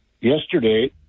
Yesterday